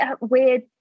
weird